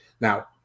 Now